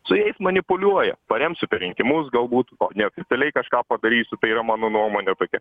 su jais manipuliuoja paremsiu per rinkimus galbūt o neoficialiai kažką padarysiu tai yra mano nuomonė tokia